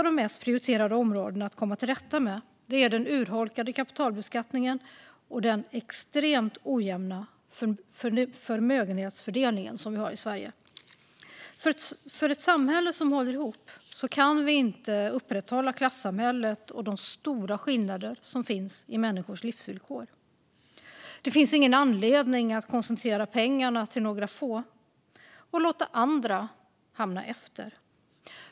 De mest prioriterade områdena att komma till rätta med är den urholkade kapitalbeskattningen och den extremt ojämna förmögenhetsfördelning vi har i Sverige. Om vi ska ha ett samhälle som håller ihop kan vi inte upprätthålla klassamhället och de stora skillnader som finns i människors livsvillkor. Det finns ingen anledning att koncentrera pengarna till några få och låta andra hamna efter.